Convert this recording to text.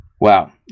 wow